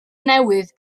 newydd